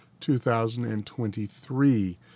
2023